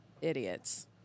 idiots